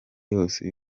yose